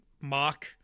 mock